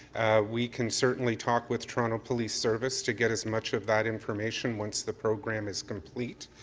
we can certainly talk with toronto police service to get as much of that information once the program is complete.